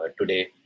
today